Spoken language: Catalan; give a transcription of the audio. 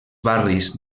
barris